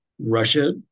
Russia